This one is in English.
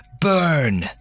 burn